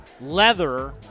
leather